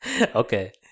okay